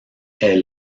est